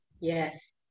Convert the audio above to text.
Yes